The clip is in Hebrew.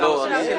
להעיר